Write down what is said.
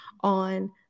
on